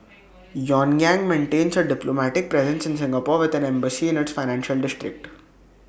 pyongyang maintains A diplomatic presence in Singapore with an embassy in its financial district